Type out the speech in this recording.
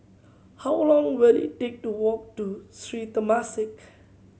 how long will it take to walk to Sri Temasek